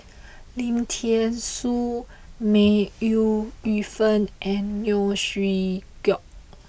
Lim Thean Soo May Ooi Yu Fen and Neo Chwee Kok